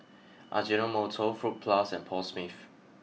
Ajinomoto Fruit Plus and Paul Smith